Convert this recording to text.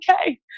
okay